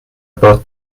bought